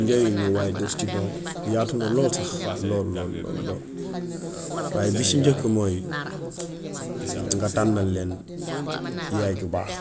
Njëriñu waajur ci doom yaatu na lool sax lool lool lool. Li ci njëkk mooy nga tànnal leen yaay ju baax.